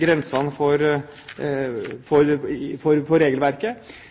grensene for regelverket.